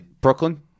Brooklyn